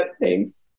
Thanks